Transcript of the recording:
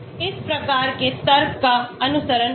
इस प्रकार के तर्क का अनुसरण करके